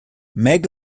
meg